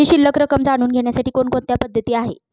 माझी शिल्लक रक्कम जाणून घेण्यासाठी कोणकोणत्या पद्धती आहेत?